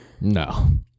no